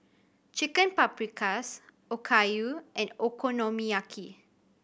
Chicken Paprikas Okayu and Okonomiyaki